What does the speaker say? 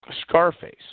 Scarface